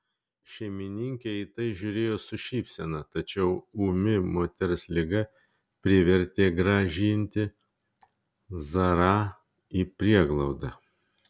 šeimininkė į tai žiūrėjo su šypsena tačiau ūmi moters liga privertė grąžinti zarą į prieglaudą